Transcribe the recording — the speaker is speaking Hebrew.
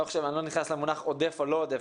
ואני לא נכנס למונח 'עודף' או 'לא עודף',